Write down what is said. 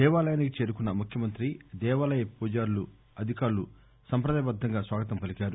దేవాలయానికి చేరుకున్న ముఖ్యమంత్రికి దేవాలయ పూజారాలు అధికారులు సంప్రదాయబద్దంగా స్వాగతం పలికారు